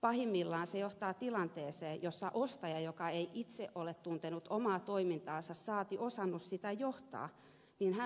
pahimmillaan se johtaa tilanteeseen jossa ostaja joka ei itse ole tuntenut omaa toimintaansa saati osannut sitä johtaa